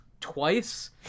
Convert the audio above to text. twice